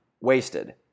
wasted